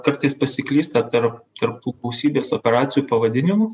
kartais pasiklysta tarp tarp tų gausybės operacijų pavadinimų